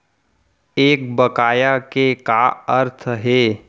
एक बकाया के का अर्थ हे?